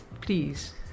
please